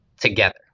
together